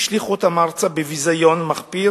השליכו אותם ארצה בביזיון מחפיר